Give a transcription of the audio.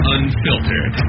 Unfiltered